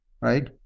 right